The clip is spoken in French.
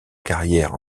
carrière